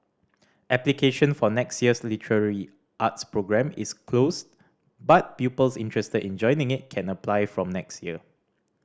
application for next year's literary arts programme is closed but pupils interested in joining it can apply from next year